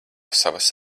savas